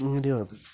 അങ്ങനെയുമാണ്